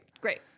great